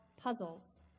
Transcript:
puzzles